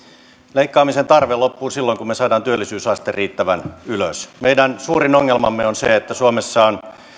leikkaamisen tarve loppuu silloin kun me saamme työllisyysasteen riittävän ylös meidän suurin ongelmamme on se että suomessa on